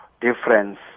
difference